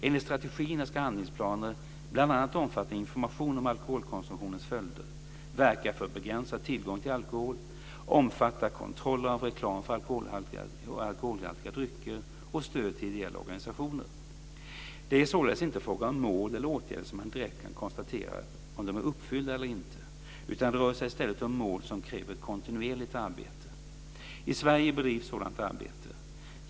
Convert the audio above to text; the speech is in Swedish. Enligt strategierna ska handlingsplaner bl.a. omfatta information om alkoholkonsumtionens följder, verka för begränsad tillgång till alkohol, omfatta kontroller av reklam för alkoholhaltiga drycker och stöd till ideella organisationer. Det är således inte fråga om mål och åtgärder som man direkt kan konstatera är uppfyllda eller inte, utan det rör sig i stället om mål som kräver ett kontinuerligt arbete. I Sverige bedrivs sådant arbete.